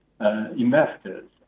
investors